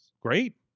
great